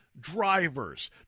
drivers